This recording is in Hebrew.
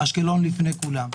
לפני כולם?